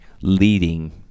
leading